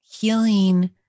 healing